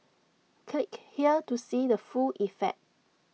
click here to see the full effect